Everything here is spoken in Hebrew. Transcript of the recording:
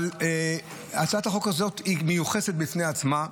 אבל הצעת החוק הזו היא מיוחסת בפני עצמה,